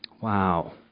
Wow